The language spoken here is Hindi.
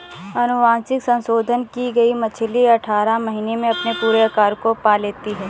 अनुवांशिक संशोधन की गई मछली अठारह महीने में अपने पूरे आकार को पा लेती है